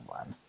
one